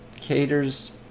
caters